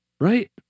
Right